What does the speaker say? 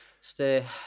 stay